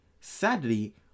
Sadly